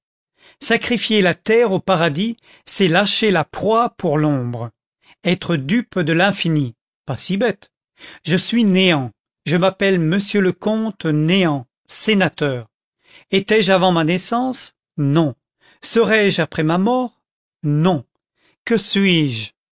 sacrifier la terre au paradis c'est lâcher la proie pour l'ombre être dupe de l'infini pas si bête je suis néant je m'appelle monsieur le comte néant sénateur étais-je avant ma naissance non serai-je après ma mort non que suis-je